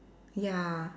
ya